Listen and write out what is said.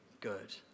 good